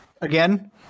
again